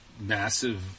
massive